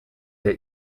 der